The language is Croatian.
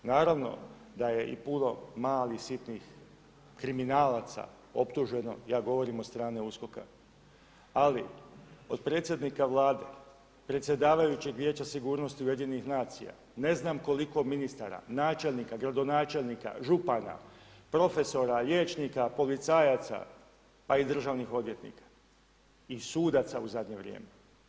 Naravno da je i puno malih, sitnih kriminalaca optuženo, ja govorim od strane USKOK-a, ali od predsjednika Vlade, predsjedavajućeg Vijeća sigurnosti UN-a ne znam koliko ministara, načelnika, gradonačelnika, župana, profesora, liječnika, policajaca, pa i državnih odvjetnika i sudaca u zadnje vrijeme.